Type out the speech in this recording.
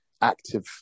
active